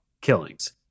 killings